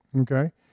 okay